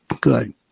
Good